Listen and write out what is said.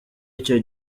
icyo